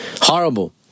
horrible